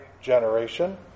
generation